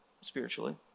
spiritually